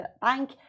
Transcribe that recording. Bank